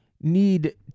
need